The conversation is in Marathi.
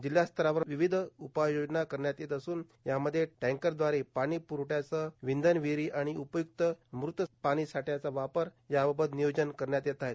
जिल्हास्तरावर विविध उपाययोजना करण्यात येत असून यामध्ये टँकरद्वारे पाणी प्रवठयासह विंधन विहिरी आणि उपय्क्त मृत पाणी साठयाचा वापर याबद्दल नियोजन करण्यात येत आहे